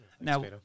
Now